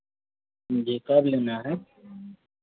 जी कब लेना है